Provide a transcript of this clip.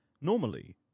Normally